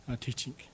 teaching